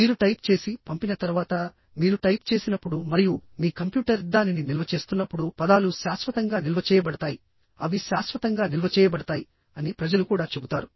మీరు టైప్ చేసి పంపిన తర్వాత మీరు టైప్ చేసినప్పుడు మరియు మీ కంప్యూటర్ దానిని నిల్వ చేస్తున్నప్పుడు పదాలు శాశ్వతంగా నిల్వ చేయబడతాయి అవి శాశ్వతంగా నిల్వ చేయబడతాయి అని ప్రజలు కూడా చెబుతారు